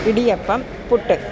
idiyappam puttu